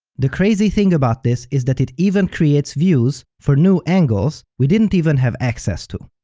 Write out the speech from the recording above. the crazy thing about this is that it even creates views for new angles we didn't even have access to!